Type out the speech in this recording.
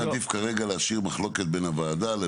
אני מעדיף כרגע להשאיר מחלוקת בין הוועדה.